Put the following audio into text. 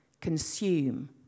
consume